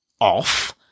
off